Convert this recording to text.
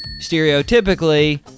Stereotypically